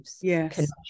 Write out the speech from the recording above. yes